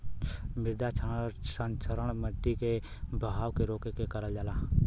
मृदा संरक्षण मट्टी के बहाव के रोक के करल जाला